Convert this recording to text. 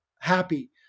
happy